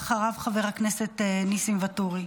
אחריו, חבר הכנסת ניסים ואטורי.